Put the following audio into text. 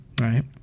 right